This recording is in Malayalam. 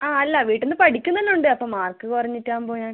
ആ അല്ല വീട്ടിൽനിന്ന് പഠിക്കുന്നെല്ലാം ഉണ്ട് അപ്പോൾ മാർക്ക് കുറഞ്ഞിട്ട് ആവുമ്പോൾ ഞാൻ